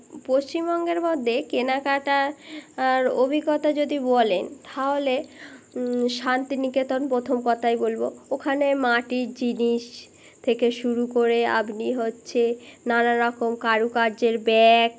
পশ্চিমবঙ্গের মধ্যে কেনাকাটা আর অভিজ্ঞতা যদি বলেন তাহলে শান্তিনিকেতন প্রথম কথাই বলবো ওখানে মাটির জিনিস থেকে শুরু করে আপনি হচ্ছে নানারকম কারুকার্যের ব্যাগ